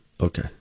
okay